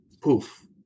poof